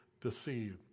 deceived